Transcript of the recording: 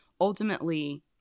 ultimately